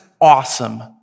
awesome